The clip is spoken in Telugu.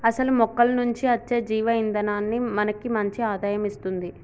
అసలు మొక్కల నుంచి అచ్చే జీవ ఇందనాన్ని మనకి మంచి ఆదాయం ఇస్తుంది